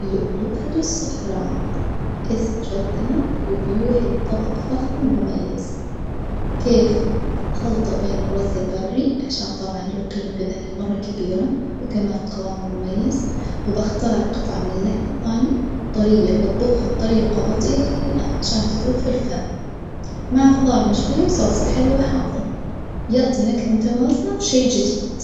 لؤلؤة الصحراء، اسم جذاب وبيوحي بطبق فخم مميز، كيف؟ خلطة بين الرز البري عشان طبعًا له قيمة غذائية مرة كبيرة وكمان قوامه مميز، وبختار قطعة من اللحم الضاني طرية وبطبخها بطريجة بطيئة عشان تذوب في الفم، مع خضار مشوي وصلصة حلوة وحامضة، يعطي نكهة متوازنة وشي جديد.